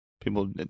People